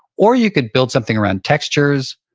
or you could build something around textures.